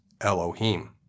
Elohim